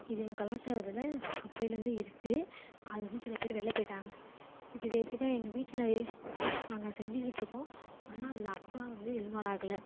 இது எங்கள் கலாச்சாரத்தில் அப்போயிலேருந்தே இருக்குது அது வந்து சில பேர் வெளியில் போயிட்டாங்க இப்போ பேஸிக்கா எங்கள் வீட்டில் நாங்கள் செஞ்சுக்கிட்ருக்கோம் ஆனால் அதில் அப்பா வந்து இன்வால் ஆகலை